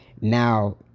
now